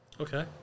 Okay